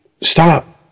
stop